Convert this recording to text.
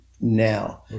now